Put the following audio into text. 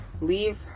leave